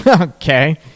Okay